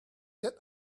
that